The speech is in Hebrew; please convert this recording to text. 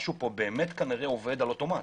משהו פה באמת כנראה עובד על אוטומט.